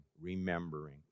remembering